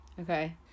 Okay